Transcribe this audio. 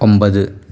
ഒമ്പത്